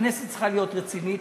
הכנסת צריכה להיות רצינית,